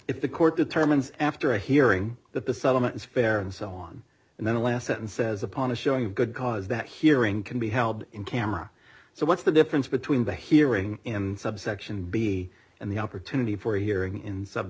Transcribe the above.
if the court determines after hearing that the settlement is fair and so on and then the last sentence says upon a showing of good cause that hearing can be held in camera so what's the difference between the hearing in subsection b and the opportunity for hearing in s